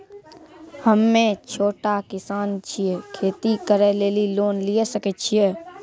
हम्मे छोटा किसान छियै, खेती करे लेली लोन लिये सकय छियै?